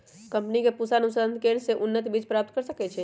हमनी के पूसा अनुसंधान केंद्र से उन्नत बीज प्राप्त कर सकैछे?